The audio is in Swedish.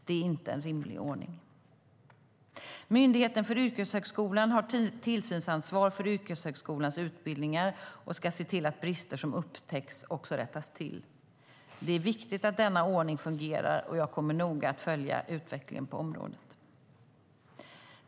Det är inte en rimlig ordning. Myndigheten för yrkeshögskolan har tillsynsansvar för yrkeshögskolans utbildningar och ska se till att brister som upptäcks också rättas till. Det är viktigt att denna ordning fungerar, och jag kommer att noga följa utvecklingen på området.